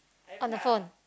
on the phone